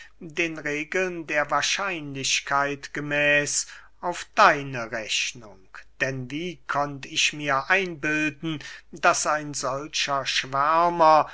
den regeln der wahrscheinlichkeit gemäß auf deine rechnung denn wie konnt ich mir einbilden daß ein solcher schwärmer